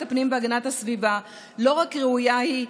הפנים והגנת הסביבה לא רק ראויה היא,